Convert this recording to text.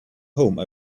home